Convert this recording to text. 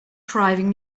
driving